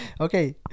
okay